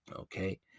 okay